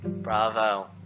Bravo